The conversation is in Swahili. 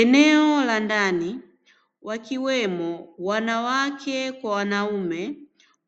Eneo la ndani wakiwemo wanawake kwa wanaume